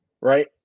right